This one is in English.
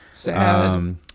Sad